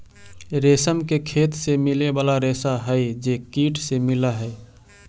रेशम के खेत से मिले वाला रेशा हई जे कीट से मिलऽ हई